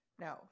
No